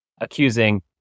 accusing